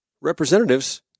representatives